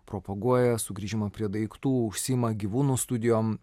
propaguoja sugrįžimą prie daiktų užsiima gyvūnų studijom